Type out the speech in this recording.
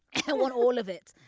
i want all of it.